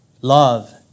love